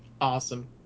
Awesome